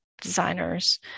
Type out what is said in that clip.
designers